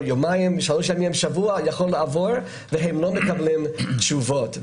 יכול לעבור שבוע והם לא מקבלים תשובות.